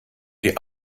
die